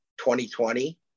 2020